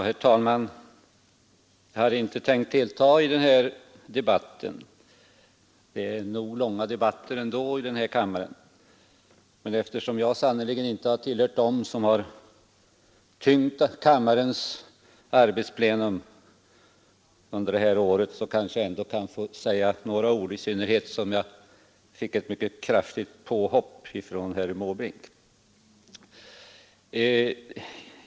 Herr talman! Jag hade inte tänkt delta i debatten — det är nog långa debatter ändå i den här kammaren — men eftersom jag sannerligen inte har tillhört dem som har tyngt kammarens arbetsplena under året kanske jag kan få säga några ord, i synnerhet som jag fick ett mycket kraftigt påhopp av herr Måbrink.